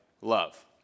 love